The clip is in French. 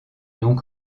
donc